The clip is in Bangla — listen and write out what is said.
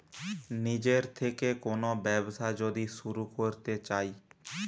নিজের থেকে কোন ব্যবসা যদি শুরু করতে চাই